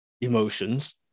emotions